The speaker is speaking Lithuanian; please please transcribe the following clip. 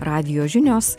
radijo žinios